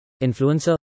influencer